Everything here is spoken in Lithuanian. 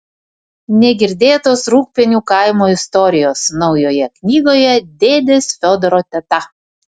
negirdėtos rūgpienių kaimo istorijos naujoje knygoje dėdės fiodoro teta